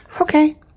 Okay